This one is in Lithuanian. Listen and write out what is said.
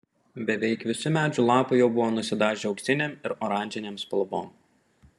beveik visi medžių lapai jau buvo nusidažę auksinėm ir oranžinėm spalvom